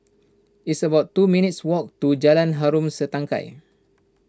it's about two minutes' walk to Jalan Harom Setangkai